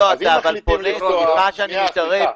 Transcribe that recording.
סליחה שאני מתערב,